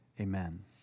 Amen